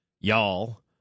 Y'all